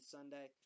Sunday